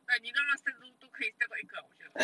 like 你乱乱 step 就都可以 step 到一个我觉得